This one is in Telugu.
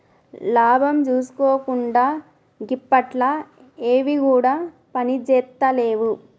లాభం జూసుకోకుండ గిప్పట్ల ఎవ్విగుడ పనిజేత్తలేవు